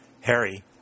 Harry